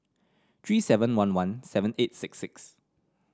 three seven one one seven eight six six